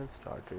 started